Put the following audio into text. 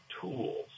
tools